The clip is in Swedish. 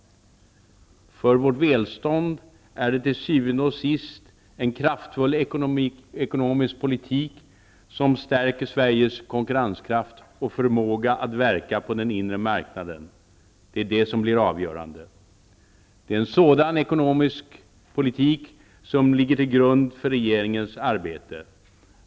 För vårt välstånd är det till syvende och sist en kraftfull ekonomisk politik som stärker Sveriges konkurrenskraft och förmåga att verka på den inre marknaden. Det är detta som blir avgörande. Det är en sådan ekonomisk politik som ligger till grund för regeringens arbete.